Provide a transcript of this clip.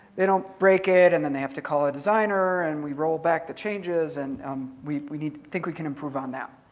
they don't break it and then they have to call a designer and we roll back the changes. and we we think we can improve on that.